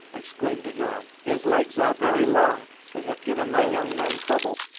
exclaimed the huron. his legs are very long they have given my young men trouble.